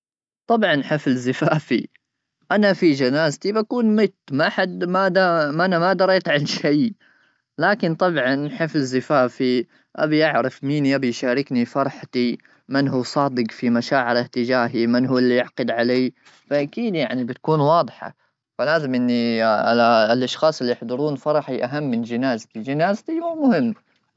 طبعا حفل زفافي انا في جنازتي بكون مت ما حد ما انا ما دريت عن شيء ,لكن طبعا حفل زفافي ابي اعرف مين يبي يشاركني فرحتي من هو صادق في مشاعره تجاهي من هو اللي يعقد علي فاكيد يعني بتكون واضحه فلازم اني الاشخاص اللي يحضرون فرحي اهم من جهازك جنازتي مو مهم.